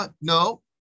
no